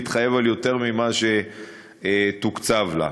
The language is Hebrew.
להתחייב על יותר ממה שתוקצב לה.